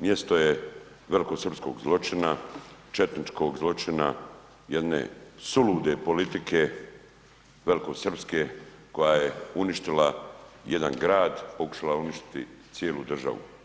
mjesto je velikosrpskog zločina, četničkog zločina jedne sulude politike velikosrpske koja je uništila jedan grad, pokušala uništiti cijelu državu.